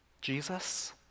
Jesus